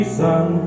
sun